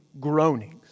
groanings